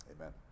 amen